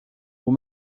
vous